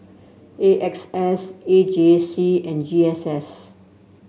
A X S A J C and G S S